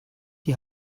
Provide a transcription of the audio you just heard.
die